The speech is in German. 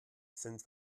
sind